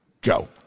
go